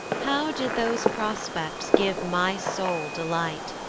how did those prospects give my soul delight,